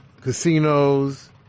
Casinos